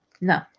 no